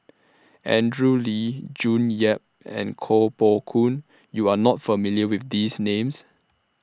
Andrew Lee June Yap and Koh Poh Koon YOU Are not familiar with These Names